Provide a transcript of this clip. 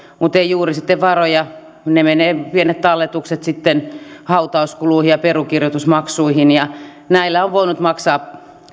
mutta ei sitten juuri varoja ne pienet talletukset menevät sitten hautauskuluihin ja perunkirjoitusmaksuihin näillä on voinut maksaa